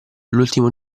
l’ultimo